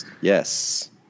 yes